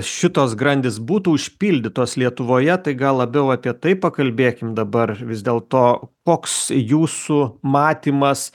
šitos grandys būtų užpildytos lietuvoje tai gal labiau apie tai pakalbėkim dabar vis dėlto koks jūsų matymas